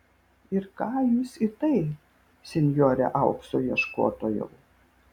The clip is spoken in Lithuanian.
ir ką jūs į tai senjore aukso ieškotojau